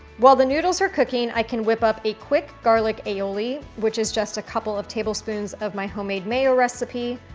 while the noodles are cooking, i can whip up a quick garlic aioli, which is just a couple of tablespoons of my homemade mayo recipe,